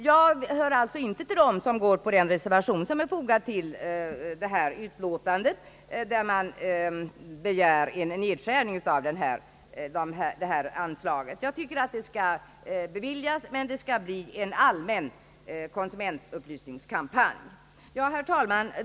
Jag hör alltså inte till dem som står bakom den reservation, som är fogad till utskottets utlåtande och i vilken begärs en nedskärning av det anslag det här gäller. Jag tycker att anslaget bör beviljas men att det bör användas för en allmän konsumentupplysningskampanj. Herr talman!